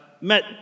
met